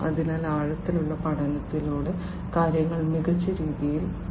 അതിനാൽ ആഴത്തിലുള്ള പഠനത്തിലൂടെ കാര്യങ്ങൾ മികച്ച രീതിയിൽ ചെയ്യപ്പെടും